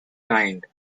kind